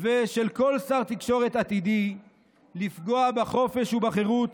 ושל כל שר תקשורת עתידי לפגוע בחופש ובחירות